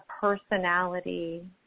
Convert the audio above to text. personality